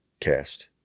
cast